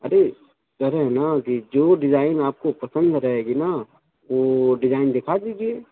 ارے کہہ رہے نا کی جو ڈیزائن آپ کو پسند رہے گی نا وہ ڈیزائن دکھا دیجیے